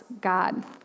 God